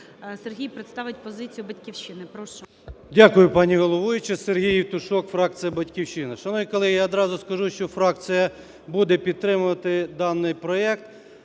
Сергій представить позицію "Батьківщини". Прошу. 11:10:33 ЄВТУШОК С.М. Дякую, пані головуюча. СергійЄвтушок, фракція "Батьківщина". Шановні колеги, я одразу скажу, що фракція буде підтримувати даний проект